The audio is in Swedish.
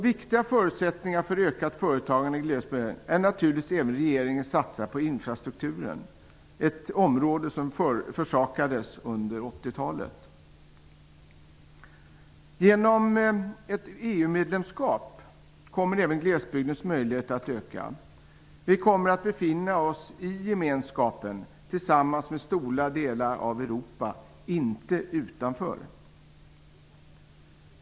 Viktiga förutsättningar för ökat företagande i glesbygden är naturligtvis även regeringens satsningar på infrastruktur, ett område som försakades under 1980-talet. Genom ett EU-medlemskap kommer även glesbygdens möjligheter att öka. Vi kommer att befinna oss i gemenskapen tillsammans med stora delar av Europa, inte utanför.